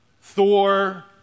Thor